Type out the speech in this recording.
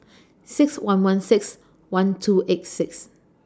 six one one six one two eight six